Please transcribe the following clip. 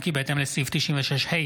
מעונות הסטודנטים בזמן